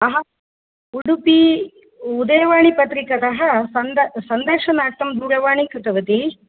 अहम् उडुपि उदयवाणीपत्रिकातः सन्द सन्दर्शनार्थं दूरवाणीं कृतवती